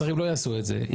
השרים לא יעשו את זה,